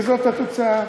וזאת התוצאה.